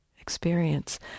experience